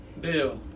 Bill